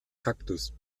kaktus